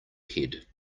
head